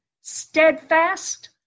steadfast